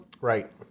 Right